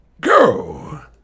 Go